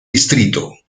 distrito